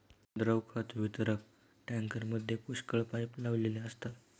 द्रव खत वितरक टँकरमध्ये पुष्कळ पाइप लावलेले असतात